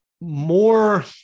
more